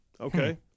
Okay